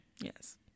Yes